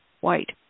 White